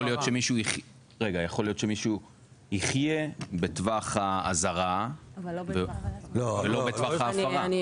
יכול להיות שמישהו יחיה בטווח האזהרה ולא בטווח ההפרה.